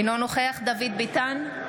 אינו נוכח דוד ביטן,